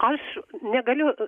aš negaliu